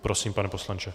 Prosím, pane poslanče.